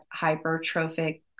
hypertrophic